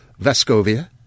Vascovia